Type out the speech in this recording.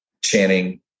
Channing